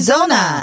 Zona